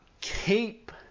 keep